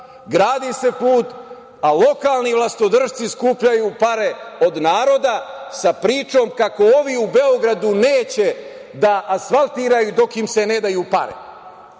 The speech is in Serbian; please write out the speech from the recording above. gradi se put, a lokalni vlastodršci skupljaju pare od naroda sa pričom kako ovi u Beogradu neće da asfaltiraju dok im se ne daju pare.